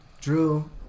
Drew